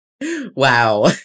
Wow